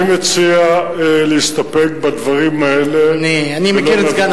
אני מציע להסתפק בדברים האלה ולא להעביר לוועדת חוץ וביטחון.